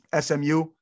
SMU